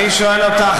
אני שואל אותך,